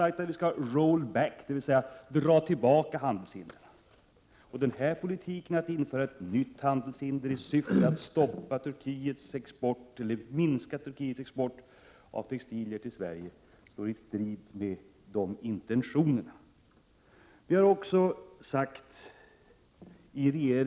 sagt att vi skall ha en s.k. rollback, dvs. dra tillbaka handelshinder. Att införa nya handelshinder i syfte att minska Turkiets export av textilier till Sverige står för det andra i strid med uttalade handelspolitiska intentioner.